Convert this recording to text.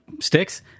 sticks